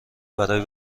برای